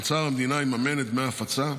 אוצר המדינה יממן את דמי ההפצה,